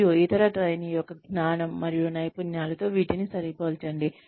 మరియు ఇతర ట్రైనీ యొక్క జ్ఞానం మరియు నైపుణ్యాలతో వీటిని సరిపోల్చండి